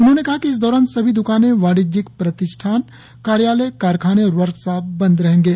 उन्होंने कहा कि इस दौरान सभी दुकाने वाणिज्यिक प्रतिष्ठान कार्यालय कारखाने और वर्कशॉप बंद रहेंगे